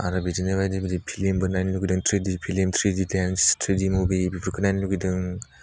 आरो बिदिनो बायदि बायदि फिल्मबो नायनो लुगैदों ट्रिडि फिल्म ट्रिजि टेन्स ट्रिडि मुभि बेफोरखौ नायनो लुगैदों